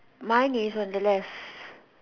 mine is on the left